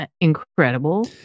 incredible